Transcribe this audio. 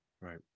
Right